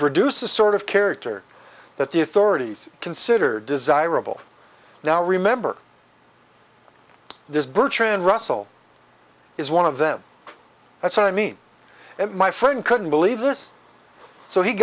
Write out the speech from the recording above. produce a sort of character that the authorities consider desirable now remember this bertrand russell is one of them that's what i mean and my friend couldn't believe this so he